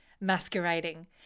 Masquerading